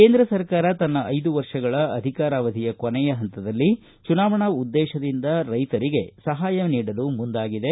ಕೇಂದ್ರ ಸರ್ಕಾರ ತನ್ನ ಐದು ವರ್ಷಗಳ ಅಧಿಕಾರವದಿಯ ಕೊನೆಯ ಪಂತದಲ್ಲಿ ಚುನಾವಣೆ ಉದ್ದೇಶದಿಂದ ರೈತರಿಗೆ ಸಹಾಯ ನೀಡಲು ಮುಂದಾಗಿದೆ